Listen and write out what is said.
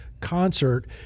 concert